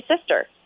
sister